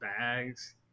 bags